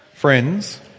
Friends